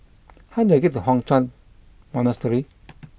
how do I get to Hock Chuan Monastery